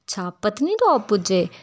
अच्छा पत्नीटाप पुज्जे